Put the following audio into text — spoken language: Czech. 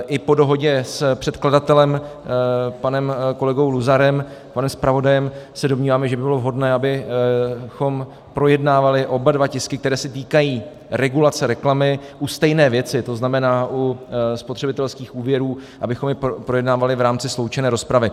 I po dohodě s předkladatelem, panem kolegou Luzarem, panem zpravodajem, se domníváme, že by bylo vhodné, abychom projednávali oba dva tisky, které se týkají regulace reklamy u stejné věci, to znamená u spotřebitelských úvěrů, abychom jej projednávali v rámci sloučené rozpravy.